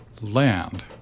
land